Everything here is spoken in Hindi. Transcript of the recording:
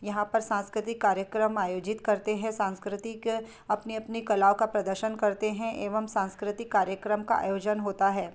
यहाँ पर सांस्कृतिक कार्यक्रम आयोजित करते हैं सांस्कृतिक अपनी अपनी कलाओं का प्रदर्शन करते हैं एवं सांस्कृतिक कार्यक्रम का आयोजन होता है